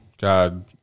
God